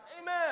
Amen